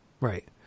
right